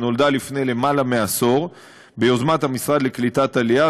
שנולדה לפני יותר מעשור ביוזמת המשרד לקליטת העלייה,